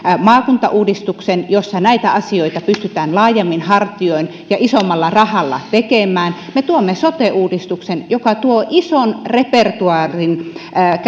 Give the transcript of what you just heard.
maakuntauudistuksen jossa näitä asioita pystytään laajemmin hartioin ja isommalla rahalla tekemään me tuomme sote uudistuksen joka tuo ison repertuaarin